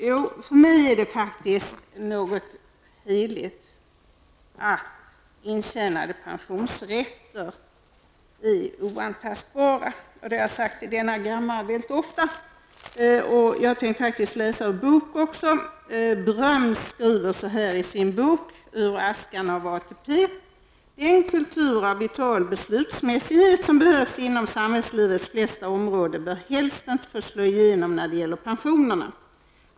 Jo, för mig är det faktiskt någonting heligt att ''intjänade pensionsrätter'' är oantastbara, något som jag mycket ofta har framhållit i denna kammare. Jag tänker faktiskt läsa litet ur en bok. Författaren Bröms skriver så här i sin bok Ur askan av ATP: ''Den kultur av vital beslutsmässighet som behövs inom samhällslivets flesta områden bör helst inte få slå igenom när det gäller pensionerna.